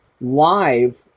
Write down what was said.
live